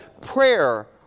prayer